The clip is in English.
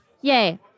Yay